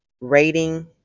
rating